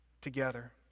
together